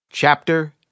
Chapter